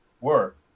work